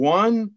one